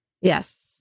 Yes